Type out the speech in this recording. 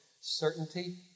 certainty